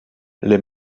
les